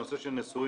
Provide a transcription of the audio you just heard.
בנושא של נשואים,